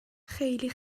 خیلی